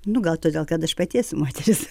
nu gal todėl kad aš pati esu moteris